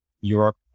Europe